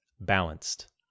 Balanced